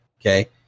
Okay